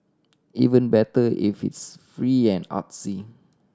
even better if it's free and artsy